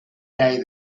day